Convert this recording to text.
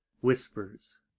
whispers